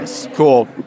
Cool